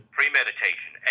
Premeditation